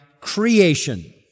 creation